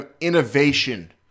innovation